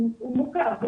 הוא מורכב.